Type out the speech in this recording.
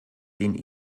den